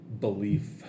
belief